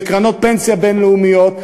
וקרנות פנסיה בין-לאומיות,